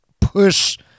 push